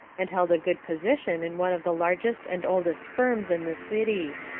and held a good position in one of the largest and oldest firms in the city.